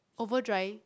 over dry